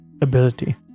ability